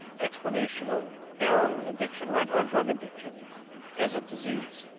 explanation of heroin addiction or or drug addiction as a disease.